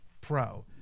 Pro